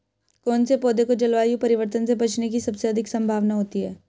कौन से पौधे को जलवायु परिवर्तन से बचने की सबसे अधिक संभावना होती है?